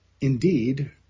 Indeed